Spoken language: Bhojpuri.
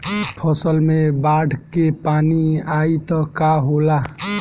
फसल मे बाढ़ के पानी आई त का होला?